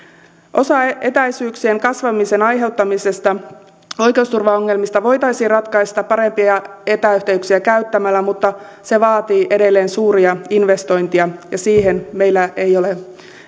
osa etäisyyksien kasvamisen aiheuttamista oikeusturvaongelmista voitaisiin ratkaista parempia etäyhteyksiä käyttämällä mutta se vaatii edelleen suuria investointeja ja siihen meillä ei ole